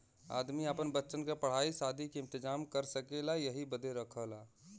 आदमी आपन बच्चन क पढ़ाई सादी के इम्तेजाम कर सकेला यही बदे रखला